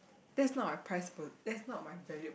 that's not my prized po~ that's not my valued